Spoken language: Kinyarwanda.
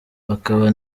hakaba